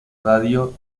radio